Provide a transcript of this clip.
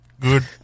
Good